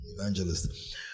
evangelist